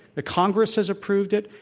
the congress has approved it,